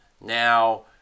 Now